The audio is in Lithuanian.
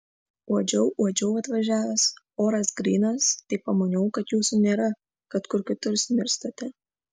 uodžiau uodžiau atvažiavęs oras grynas tai pamaniau kad jūsų nėra kad kur kitur smirstate